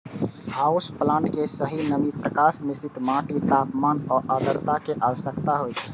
house plant कें सही नमी, प्रकाश, मिश्रित माटि, तापमान आ आद्रता के आवश्यकता होइ छै